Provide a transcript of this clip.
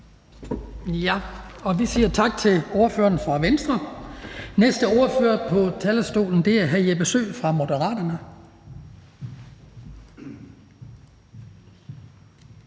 Vi siger tak til ordføreren for Venstre. Den næste ordfører på talerstolen er hr. Jeppe Søe fra Moderaterne.